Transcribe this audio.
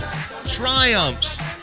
triumphs